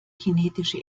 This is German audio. kinetische